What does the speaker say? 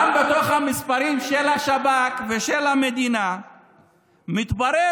גם בתוך המספרים של השב"כ ושל המדינה מתברר